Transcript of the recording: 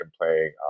playing